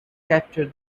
capture